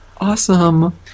awesome